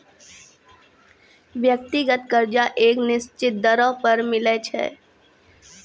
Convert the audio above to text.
व्यक्तिगत कर्जा एक निसचीत दरों पर मिलै छै